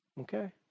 Okay